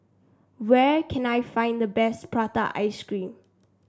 where can I find the best Prata Ice Cream